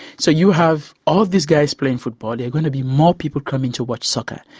so you have all of these guys playing football, there are going to be more people coming to watch soccer.